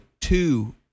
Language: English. two